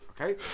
Okay